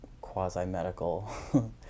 Quasi-medical